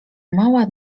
mała